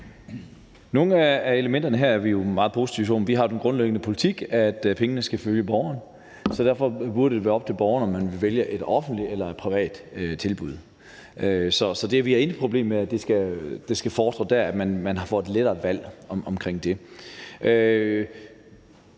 Nogle af elementerne her er vi jo meget positive over for. Vi har den grundlæggende politik, at pengene skal følge borgeren, så derfor burde det jo være op til borgeren, om man vil vælge et offentligt eller et privat tilbud. Så vi har intet problem med, at man kan få et lettere valg omkring det.